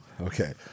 Okay